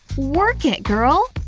work it girl!